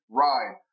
ride